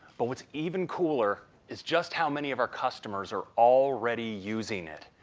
but what's even cooler is just how many of our customers are already using it.